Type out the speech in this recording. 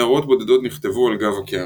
הערות בודדות נכתבו על גב הקערה.